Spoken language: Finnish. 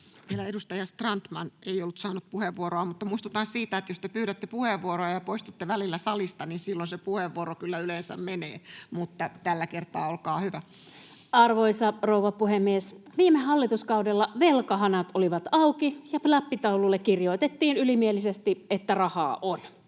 Edustaja Strandman ei ole vielä saanut puheenvuoroa. Muistutan siitä, että jos te pyydätte puheenvuoroa ja poistutte välillä salista, niin silloin se puheenvuoro kyllä yleensä menee. Mutta tällä kertaa, olkaa hyvä. Arvoisa rouva puhemies! Viime hallituskaudella velkahanat olivat auki ja fläppitaululle kirjoitettiin ylimielisesti, että rahaa on.